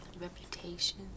reputation